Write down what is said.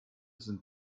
sind